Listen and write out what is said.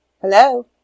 Hello